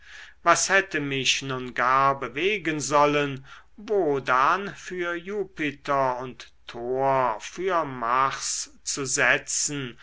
was hätte mich nun gar bewegen sollen wodan für jupiter und thor für mars zu setzen